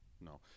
no